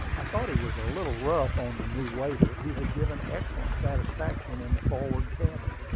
i thought he was a little rough on the new waiter, who had given excellent satisfaction in the forward cabin.